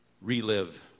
relive